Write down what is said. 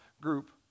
group